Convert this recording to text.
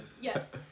Yes